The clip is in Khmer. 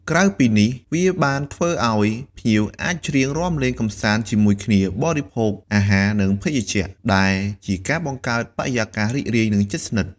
ក្រៅពីនេះវាបានធ្វើអោយ ភ្ញៀវអាចច្រៀងរាំលេងកម្សាន្តជាមួយគ្នា បរិភោគអាហារ និងភេសជ្ជៈ ដែលជាការបង្កើតបរិយាកាសរីករាយ និងជិតស្និទ្ធ។